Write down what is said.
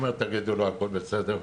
הוא אמר: תגידו לו שהכול בסדר,